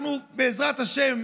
בעזרת השם,